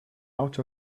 out